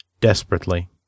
desperately